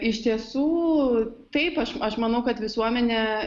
iš tiesų taip aš aš manau kad visuomenė